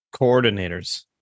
coordinators